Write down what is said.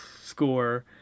score